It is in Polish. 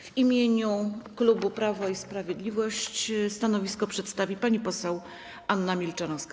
W imieniu klubu Prawo i Sprawiedliwość stanowisko przedstawi pani poseł Anna Milczanowska.